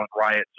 riots